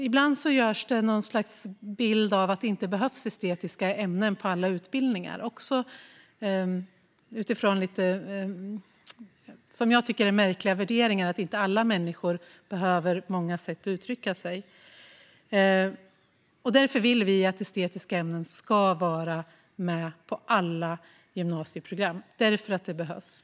Ibland sätts det upp något slags bild av att det inte behövs estetiska ämnen på alla utbildningar, utifrån vad jag tycker är lite märkliga värderingar: att inte alla människor behöver ha många sätt att uttrycka sig. Därför vill vi att estetiska ämnen ska vara med på alla gymnasieprogram, för det behövs.